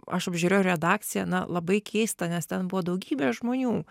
aš apžiūrėjau redakciją na labai keista nes ten buvo daugybė žmonių